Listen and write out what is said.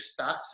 stats